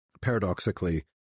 paradoxically